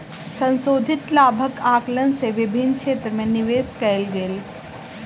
संशोधित लाभक आंकलन सँ विभिन्न क्षेत्र में निवेश कयल गेल